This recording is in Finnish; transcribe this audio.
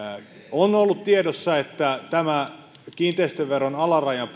on ollut tiedossa että tämä kiinteistöveron alarajan